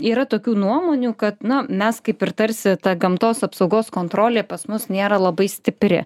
yra tokių nuomonių kad na mes kaip ir tarsi ta gamtos apsaugos kontrolė pas mus nėra labai stipri